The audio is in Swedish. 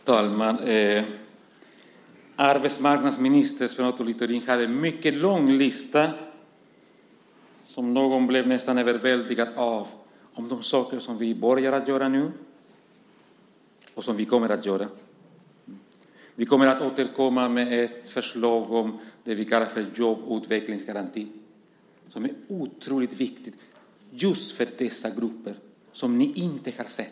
Fru talman! Arbetsmarknadsminister Sven Otto Littorin har en mycket lång lista, som någon blev nästan överväldigad av, på de saker som vi börjar göra nu och som vi kommer att göra. Vi kommer att återkomma med ett förslag om en jobbutvecklingsgaranti. Det är otroligt viktigt för just de grupper som ni inte har sett.